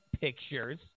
pictures